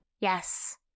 Yes